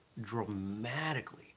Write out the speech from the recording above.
dramatically